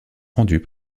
rendus